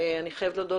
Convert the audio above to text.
אני חייבת להודות,